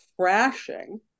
crashing